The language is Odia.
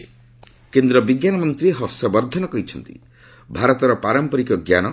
ସାଇନ୍ସ୍ ବର୍ଦ୍ଧନ କେନ୍ଦ୍ର ବିଜ୍ଞାନ ମନ୍ତ୍ରୀ ହର୍ଷବର୍ଦ୍ଧନ କହିଛନ୍ତି ଭାରତର ପାରମ୍ପରିକ ଜ୍ଞାନ